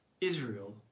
Israel